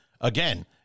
again